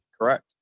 Correct